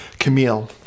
Camille